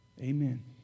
Amen